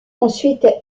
ensuite